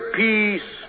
peace